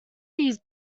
these